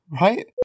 Right